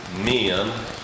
men